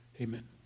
Amen